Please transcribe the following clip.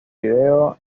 video